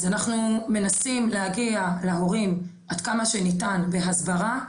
אז אנחנו מנסים להגיע להורים עד כמה שניתן בהסברה.